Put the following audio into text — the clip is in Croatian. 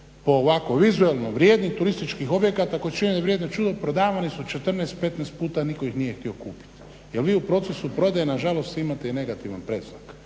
po ovako vizualno vrijednih turističkih objekata koji … prodavani su 14, 15 puta a nitko ih nije htio kupiti. Jer vi u procesu prodaje nažalost imate i negativan predznak.